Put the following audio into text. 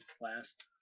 last